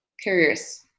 Curious